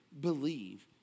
believe